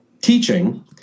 teaching